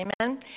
Amen